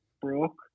broke